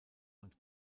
und